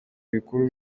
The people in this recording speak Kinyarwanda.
bikuru